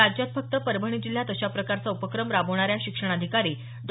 राज्यात फक्त परभणी जिल्ह्यात अशा प्रकारचा उपक्रम राबवणाऱ्या शिक्षणाधिकारी डॉ